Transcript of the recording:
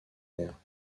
air